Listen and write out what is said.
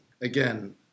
Again